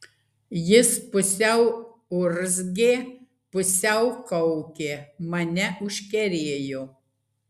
jis pusiau urzgė pusiau kaukė mane užkerėjo